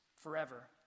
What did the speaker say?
forever